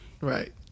Right